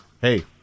hey